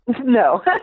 No